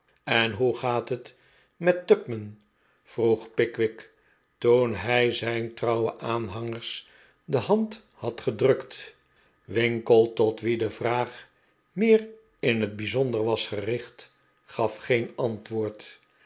en hoe gaat het met tupman vroeg pickwick toen hij zijn trouwen aanhangers de hand had gedrukt winkle tot wien de vraag meer in het bijzonder was gericht gaf geen antwoord